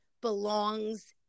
belongs